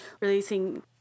releasing